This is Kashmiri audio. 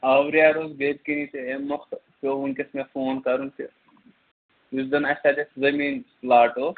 آورٮ۪ر حظ بیٚتہِ یِتھٕ کٔنٮ۪تھ تہِ اَمہِ مۄکھٕ تہٕ پٮ۪وو وُنکٮ۪س مےٚ فون کَرُن تہِ یُس زَن اَسہِ اَتٮ۪تھ زٔمیٖن پُلاٹ اوس